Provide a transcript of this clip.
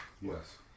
Yes